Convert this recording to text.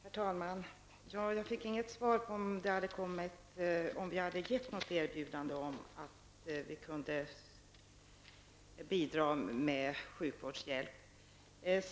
Herr talman! Jag fick inget svar på frågan om vi har gett något erbjudande om att vi skulle kunna bidra med sjukvårdshjälp.